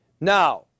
now